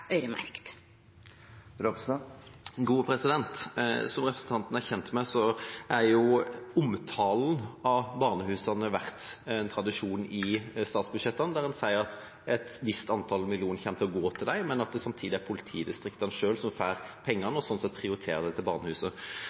Som representanten er kjent med, har omtalen av barnehusene vært en tradisjon i statsbudsjettene, der en sier at et visst antall millioner kommer til å gå til dem, men at det samtidig er politidistriktene selv som får pengene og sånn sett prioriterer dem til